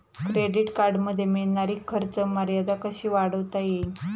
Credit कार्डमध्ये मिळणारी खर्च मर्यादा कशी वाढवता येईल?